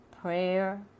prayer